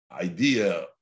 idea